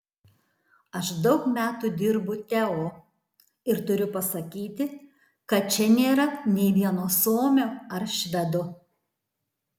aš daug metų dirbu teo ir turiu pasakyti kad čia nėra nė vieno suomio ar švedo